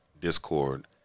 discord